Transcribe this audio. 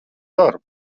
darbu